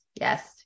yes